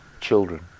children